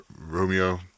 Romeo